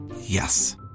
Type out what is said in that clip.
Yes